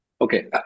Okay